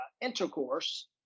intercourse